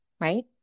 right